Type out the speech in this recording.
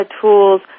tools